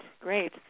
great